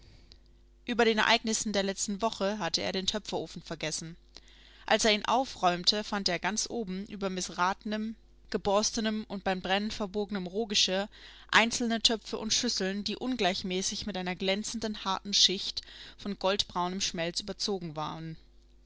über den ereignissen der letzten woche hatte er den töpferofen vergessen als er ihn aufräumte fand er ganz oben über mißratenem geborstenem und beim brennen verbogenen rohgeschirr einzelne töpfe und schüsseln die ungleichmäßig mit einer glänzenden harten schicht von goldbraunem schmelz überzogen waren